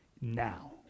now